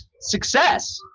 success